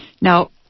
Now